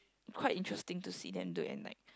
quite interesting to see them do at night